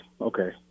okay